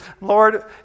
Lord